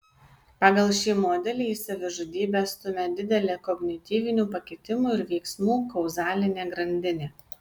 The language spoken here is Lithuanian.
pagal šį modelį į savižudybę stumia didelė kognityvinių pakitimų ir veiksmų kauzalinė grandinė